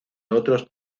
otros